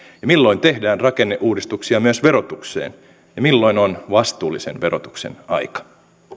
milloin tehdään rakenneuudistuksia myös verotukseen ja milloin on vastuullisen verotuksen aika